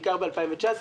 בעיקר ב-2019,